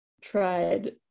tried